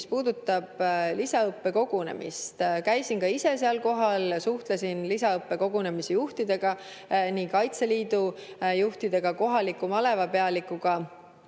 mis puudutab lisaõppekogunemist. Käisin ka ise kohal, suhtlesin lisaõppekogunemise juhtidega, Kaitseliidu juhtidega, kohaliku maleva pealikuga.